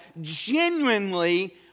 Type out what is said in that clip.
genuinely